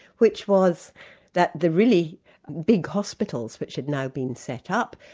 which was that the really big hospitals which had now been set up,